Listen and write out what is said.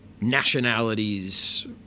nationalities